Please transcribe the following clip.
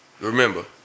Remember